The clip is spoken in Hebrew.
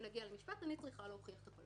אני צריכה להוכיח את זה.